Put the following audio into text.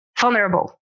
vulnerable